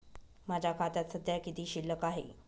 माझ्या खात्यात सध्या किती शिल्लक आहे?